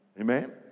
Amen